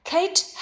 Kate